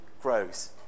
grows